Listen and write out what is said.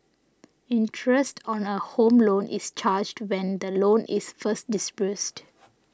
interest on a Home Loan is charged when the loan is first disbursed